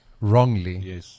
Wrongly